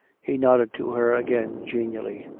he nodded to her again genially.